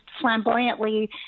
flamboyantly